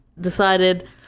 decided